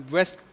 West